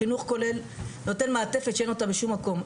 החינוך כולל נותן מעטפת שאין אותה בשום מקום.